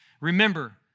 Remember